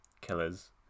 killers